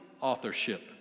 authorship